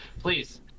please